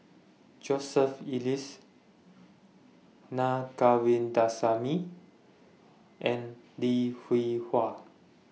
Joseph Elias Naa Govindasamy and Lim Hwee Hua